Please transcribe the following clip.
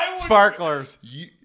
Sparklers